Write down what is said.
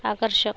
आकर्षक